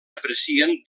aprecien